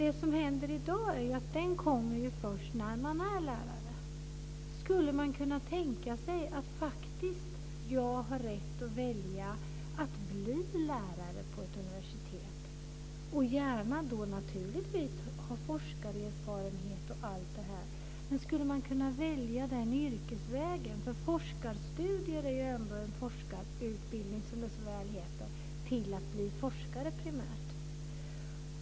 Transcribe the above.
Det som händer i dag är att den kommer först när man är lärare. Skulle man kunna tänka sig att faktiskt ha rätt att välja att bli lärare på ett universitet, gärna med forskarerfarenhet? Men skulle man kunna välja den yrkesvägen? Forskarstudier är ändå en forskarutbildning som primärt leder till att bli forskare.